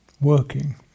working